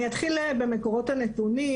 אני אתחיל במקורות הנתונים,